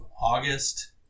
August